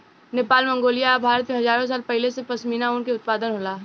Nepal, Mongolia आ भारत में हजारो साल पहिले से पश्मीना ऊन के उत्पादन होला